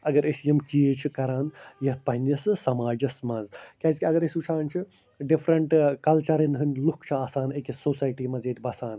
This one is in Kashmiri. اگر أسۍ یِم چیٖز چھِ کَران یَتھ پَنٕنِس سماجَس منٛز کیٛازِکہِ اگر أسۍ وُچھان چھِ ڈِفرَنٛٹہٕ کَلچَرَن ہٕنٛدۍ لُکھ چھِ آسان أکِس سوسایٹی منٛز ییٚتہِ بسان